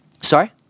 sorry